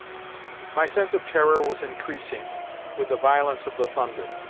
my sense of terror was increasing with the violence of the thunder.